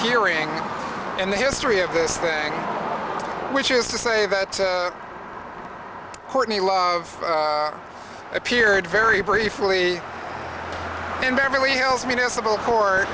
hearing in the history of this thing which is to say that courtney love appeared very briefly in beverly hills municipal